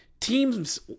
teams